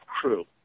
crew